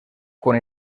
quan